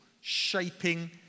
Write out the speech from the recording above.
shaping